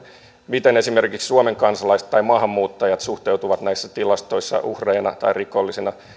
miten esimerkiksi suomen kansalaiset tai maahanmuuttajat suhteutuvat näissä tilastoissa uhreina tai rikollisina